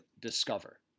discover